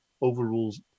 overrules